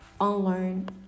unlearn